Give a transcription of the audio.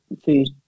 food